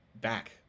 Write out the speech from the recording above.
back